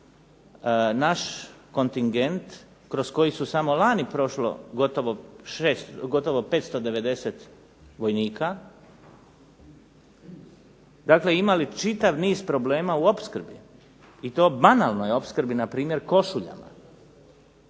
naš kontingent kroz koji su samo lani prošlo gotovo 590 vojnika, dakle imali čitav niz problema u opskrbi i to banalnoj opskrbi na primjer košuljama,